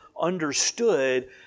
understood